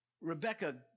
Rebecca